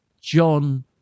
John